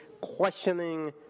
questioning